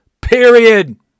period